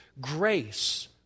grace